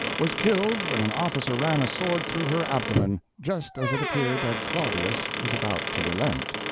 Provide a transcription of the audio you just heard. was killed when an officer ran a sword through her abdomen, just as it appeared that claudius was about to relent.